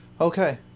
Okay